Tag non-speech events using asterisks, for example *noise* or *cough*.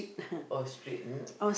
oh street *noise*